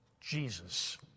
jesus